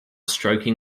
stroking